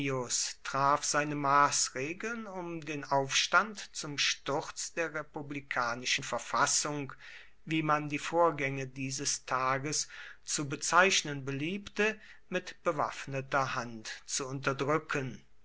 traf seine maßregeln um den aufstand zum sturz der republikanischen verfassung wie man die vorgänge dieses tages zu bezeichnen beliebte mit bewaffneter hand zu unterdrücken